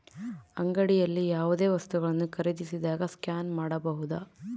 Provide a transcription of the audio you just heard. ಅಂಗಡಿಯಲ್ಲಿ ಯಾವುದೇ ವಸ್ತುಗಳನ್ನು ಖರೇದಿಸಿದಾಗ ಸ್ಕ್ಯಾನ್ ಮಾಡಬಹುದಾ?